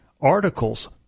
articles